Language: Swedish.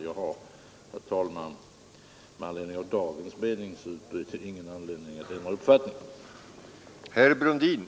Jag har, herr talman, med anledning av dagens meningsutbyte ingen anledning att ändra uppfattning.